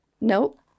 Nope